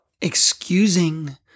excusing